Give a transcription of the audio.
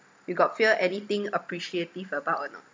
you got feel anything appreciative about or not